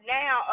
now